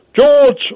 George